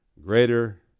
greater